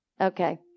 Okay